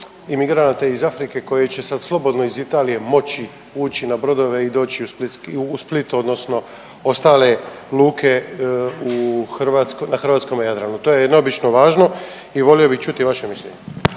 imigranata iz Afrike koji će sad slobodno iz Italije moći ući na brodove i doći u Split odnosno ostale luke u Hrvatsk…, na hrvatskome Jadranu? To je neobično važno i volio bi čuti vaše mišljenje.